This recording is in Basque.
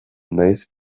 naiz